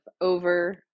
over